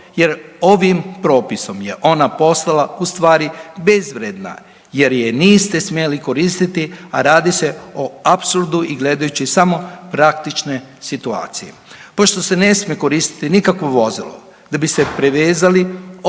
jer ovim propisom je ona poslala ustvari bezvrijedna jer je niste smjeli koristiti, a radi se o apsurdu i gledajući samo praktične situacije. Pošto se ne smije koristiti nikakvo vozilo da bi se prevezali od točke